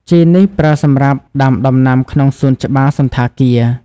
ជីនេះប្រើសម្រាប់ដាំដំណាំក្នុងសួនច្បារសណ្ឋាគារ។